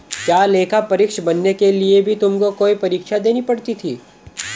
क्या लेखा परीक्षक बनने के लिए भी तुमको कोई परीक्षा देनी पड़ी थी?